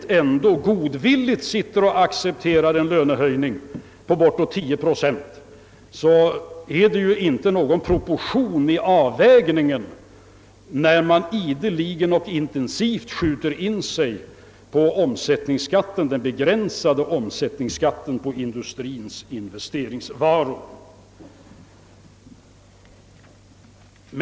Om man då samtidigt godvilligt accepterar en lönehöjning på bortåt 10 procent är det ju inte någon proportion i avvägningen när man ideligen och intensivt skjuter in sig på denna begränsade omsättningsskatt på industriens investeringsvaror.